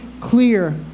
clear